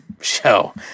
show